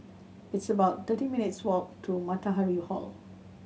it's about thirty minutes' walk to Matahari Hall